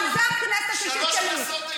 אורלי, היית שלוש כנסות.